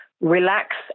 relax